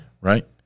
Right